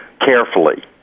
carefully